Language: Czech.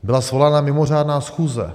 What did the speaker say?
Byla svolána mimořádná schůze.